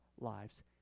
lives